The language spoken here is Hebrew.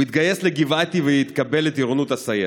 הוא התגייס לגבעתי והתקבל לטירונות הסיירת.